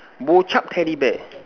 teddy bear